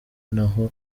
naho